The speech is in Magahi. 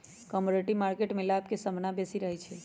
कमोडिटी मार्केट में लाभ के संभावना बेशी रहइ छै